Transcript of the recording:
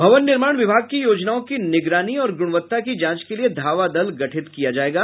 भवन निर्माण विभाग की योजनाओं की निगरानी और गुणवत्ता की जांच के लिए धावा दल गठित किया जायेगा